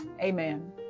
amen